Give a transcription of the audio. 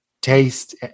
taste